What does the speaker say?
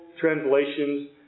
translations